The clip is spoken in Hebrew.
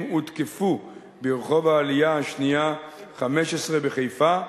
הותקפו ברחוב העלייה השנייה 15 בחיפה,